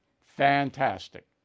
fantastic